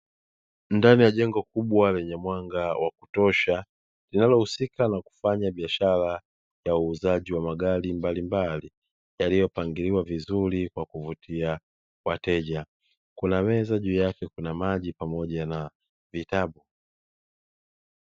Ndani ya jengo kubwa lenye mwanga wa kutosha linalohusika na kufanya biashara ya uuzaji wa magari mbalimbali, yaliyopangiliwa vizuri kwa kuvutia wateja, kuna meza juu yake kuna maji pamoja na vitabu.